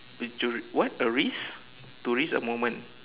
would you r~ what a risk to risk a moment